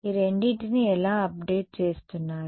ఈ రెండింటిని ఎలా అప్డేట్ చేస్తున్నారు